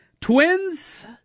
Twins